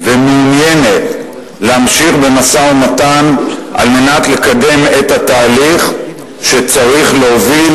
ומעוניינת להמשיך במשא-ומתן כדי לקדם את התהליך שצריך להוביל